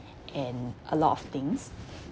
and a lot of things